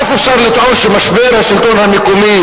אז אפשר לטעון שאת משבר השלטון המקומי